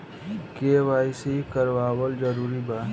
KYC करवावल जरूरी बा?